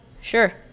Sure